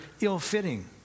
ill-fitting